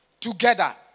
together